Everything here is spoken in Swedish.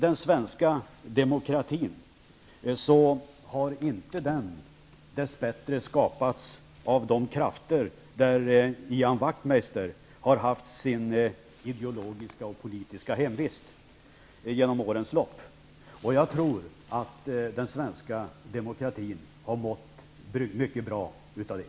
Den svenska demokratin har dess bättre inte skapats av de krafter hos vilka Ian Wachtmeister genom årens lopp har haft sin politiska och ideologiska hemvist, och jag tror att det svenska demokratin har mått mycket bra av det.